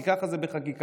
כי כך זה בחקיקה,